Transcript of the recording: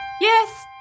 Yes